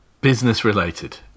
Business-related